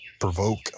provoke